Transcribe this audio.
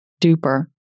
duper